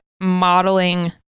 modeling